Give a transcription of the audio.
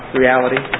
reality